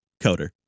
coder